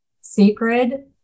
sacred